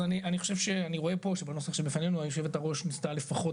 אז אני חושב שממה שאני רואה פה שבנושא שבפנינו יושבת הראש ניסתה לפחות